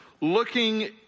looking